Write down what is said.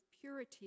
purity